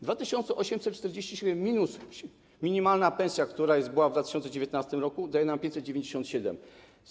2847 zł minus minimalna pensja, która była w 2019 r., daje nam 597 zł.